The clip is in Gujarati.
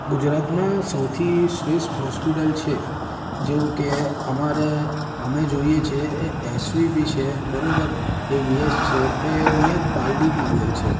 ગુજરાતમાં સૌથી શ્રેષ્ઠ હોસ્પિટલ છે જેવું કે અમારે અમે જોઈએ છીએ એ એસવીપી છે બરાબર એ વીએસ છે એ નિયર પાલડીમાં આવેલી છે